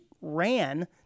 ran